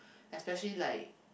especially like